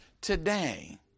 today